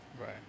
Right